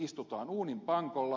istutaan uuninpankolla